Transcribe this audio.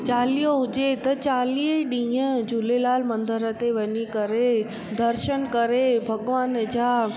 चालीहो हुजे त चालीह ई ॾींहं झूलेलाल मंदर ते वञी करे दर्शन करे भॻिवान जा